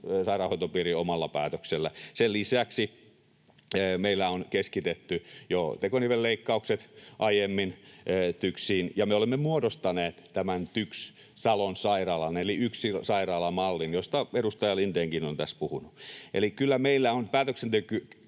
sairaanhoitopiirin omalla päätöksellä. Sen lisäksi meillä on keskitetty tekonivelleikkaukset jo aiemmin TYKSiin, ja me olemme muodostaneet tämän TYKS Salon sairaalan eli Yksi sairaala -mallin, josta edustaja Lindénkin on tässä puhunut. Eli kyllä meillä on päätöksentekokykyä